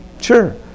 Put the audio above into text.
Sure